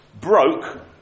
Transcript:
broke